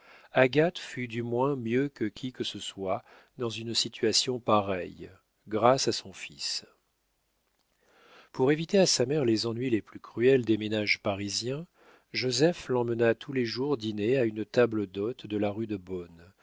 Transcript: agathe fut du moins mieux que qui que ce soit dans une situation pareille grâce à son fils pour éviter à sa mère les ennuis les plus cruels des ménages parisiens joseph l'emmena tous les jours dîner à une table d'hôte de la rue de beaune